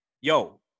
Yo